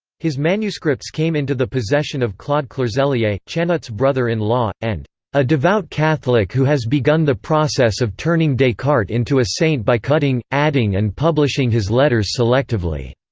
his manuscripts came into the possession of claude clerselier, chanut's brother-in-law, and a devout catholic who has begun the process of turning descartes into a saint by cutting, adding and publishing his letters selectively.